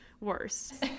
worse